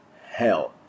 hell